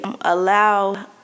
allow